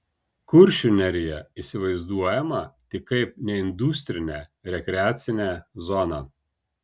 kuršių nerija įsivaizduojama tik kaip neindustrinė rekreacinė zona